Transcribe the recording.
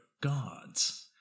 gods